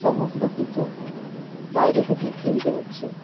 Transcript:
সমস্ত কিছু বাইরে থেকে কিনতে হচ্ছে